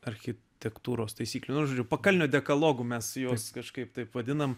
architektūros taisyklių požiūriu pakalnio dekalogų mes juos kažkaip taip vadiname